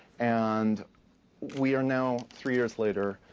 and we are now, three years later,